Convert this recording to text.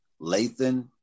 Lathan